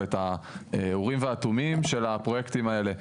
ואת האורים והתומים של הפרויקטים האלה.